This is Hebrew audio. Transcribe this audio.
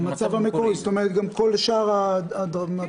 זאת אומרת, גם כל שאר המדרגות.